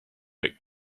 but